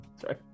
Sorry